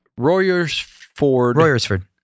Royersford